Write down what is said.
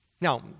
Now